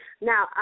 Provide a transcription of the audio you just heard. Now